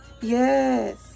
Yes